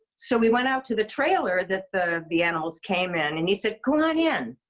so we went out to the trailer that the the animals came in. and he said, go on in.